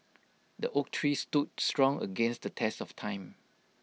the oak tree stood strong against the test of time